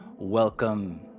Welcome